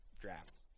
drafts